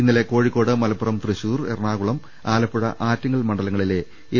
ഇന്നലെ കോഴിക്കോട് മല പ്പുറം തൃശൂർ എറണാകുളം ആലപ്പുഴ ആറ്റിങ്ങൽ മണ്ഡലങ്ങ ളിലെ എൽ